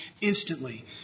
instantly